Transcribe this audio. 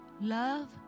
Love